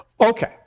okay